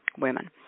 women